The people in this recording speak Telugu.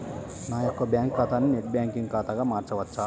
నా యొక్క బ్యాంకు ఖాతాని నెట్ బ్యాంకింగ్ ఖాతాగా మార్చవచ్చా?